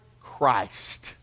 Christ